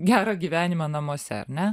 gerą gyvenimą namuose ar ne